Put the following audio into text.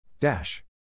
Dash